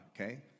okay